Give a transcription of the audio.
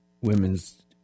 women's